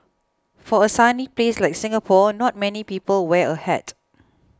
for a sunny place like Singapore not many people wear a hat